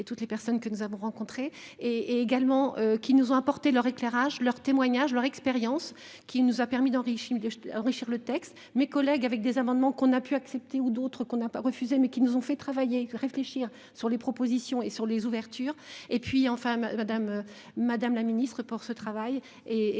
et toutes les personnes que nous avons rencontrés et également qui nous ont apporté leur éclairage leur témoignage leur expérience qui nous a permis d'enrayer film d'enrichir le texte, mes collègues avec des amendements qu'on a pu accepter ou d'autres qu'on n'a pas refusé mais qui nous ont fait travailler. Réfléchir sur les propositions et sur les ouvertures et puis enfin Madame. Madame la Ministre pour ce travail et